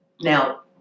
Now